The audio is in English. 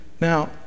Now